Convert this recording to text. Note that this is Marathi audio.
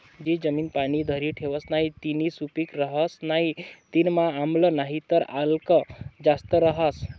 जी जमीन पाणी धरी ठेवस नही तीनी सुपीक रहस नाही तीनामा आम्ल नाहीतर आल्क जास्त रहास